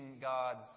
God's